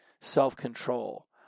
self-control